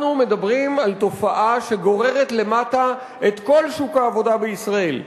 אנחנו מדברים על תופעה שגוררת למטה את כל שוק העבודה בישראל.